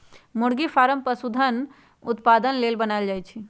मुरगि फारम पशुधन उत्पादन लेल बनाएल जाय छै